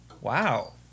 wow